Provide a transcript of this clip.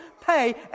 pay